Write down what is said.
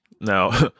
Now